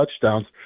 touchdowns